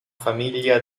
famiglia